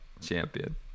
champion